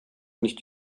nicht